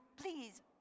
please